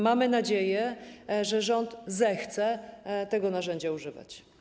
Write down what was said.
Mamy nadzieję, że rząd zechce tego narzędzia używać.